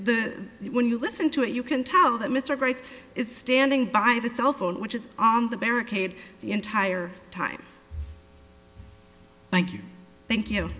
the when you listen to it you can tell that mr brace is standing by the cell phone which is on the barricade the entire time thank you thank you